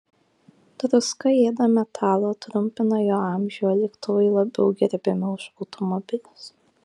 druska ėda metalą trumpina jo amžių o lėktuvai labiau gerbiami už automobilius